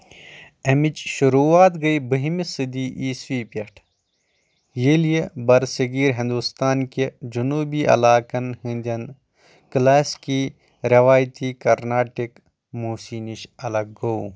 امِچ شُروعات گٔے بٔہِمہِ صٔدی عیٖسوی پٮ۪ٹھ، ییٚلہِ یہِ برصٔغیٖر ہِنٛدُستان کہِ جونوٗبی علاقن ہِنٛدٮ۪ن کلاسِکی رٮ۪وٲیتی کارناٹِک موسی نِش اَلگ گوٚو